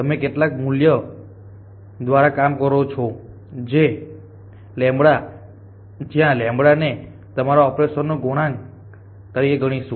તમે કેટલાક મૂલ્ય દ્વારા કામ કરો છો જે 1 જ્યાં ને તમારા ઓપરેશનના ગુણાંક તરીકે ગણીશું